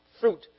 fruit